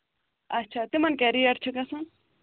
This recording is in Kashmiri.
اَچھا تِمن کیٛاہ ریٹ چھِ گژھان